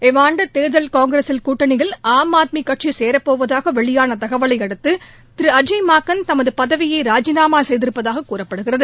இவ்வாண்டு தேர்தலில் காங்கிரஸ் கூட்டணியில் ஆம் ஆத்மி சேரப்போவதாக வெளியான தகவலையடுத்து திரு அஜய் மக்கன் தமது பதவியை ராஜினாமா செய்திருப்பதாக கூறப்படுகிறது